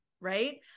right